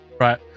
right